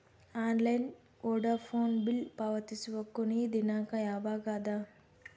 Online Vodafone bill ಪಾವತಿಸುವ ಕೊನಿ ದಿನ ಯವಾಗ ಅದ?